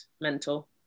mental